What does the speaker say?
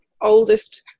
oldest